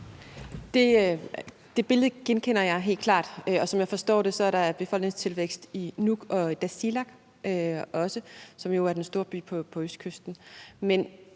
Det billede genkender jeg helt klart, og som jeg forstår det, er der befolkningstilvækst i Nuuk og også i Tasiilaq, som jo er den store by på østkysten.